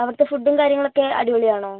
അവിടത്തെ ഫുഡ്ഡും കാര്യങ്ങളൊക്കെ അടിപൊളിയാണോ